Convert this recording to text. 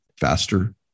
faster